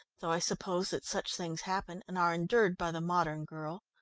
though i suppose that such things happen, and are endured by the modern girl.